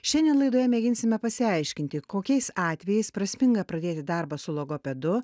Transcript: šiandien laidoje mėginsime pasiaiškinti kokiais atvejais prasminga pradėti darbą su logopedu